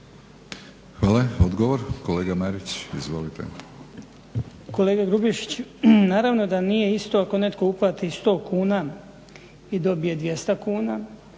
Hvala lijepa. Kolega Grubišić, naravno da nije isto ako netko uplati 100 kuna i dobije 200 kuna,